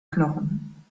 knochen